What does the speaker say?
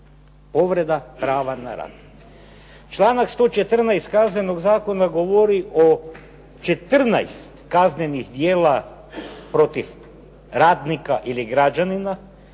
povreda prava na rad. Članak 114. Kaznenog zakona govori o 14 kaznenih djela protiv radnika ili građanina,